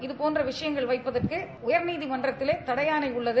இதபோன்ற விஷயங்கள் வைப்பதற்கு உயர்நீதிமன்றத்திலே தடை உள்ளது